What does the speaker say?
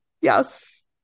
Yes